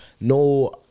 no